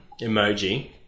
emoji